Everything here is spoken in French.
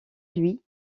lui